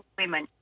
women